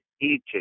eating